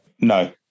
No